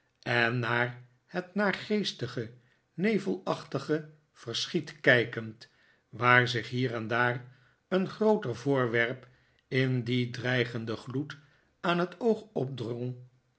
en naar het naargeestige nevelachtige verschiet kijkend waar zich hier en daar een grooter voorwerp in dien dreigenden gloed aan het oog opdrong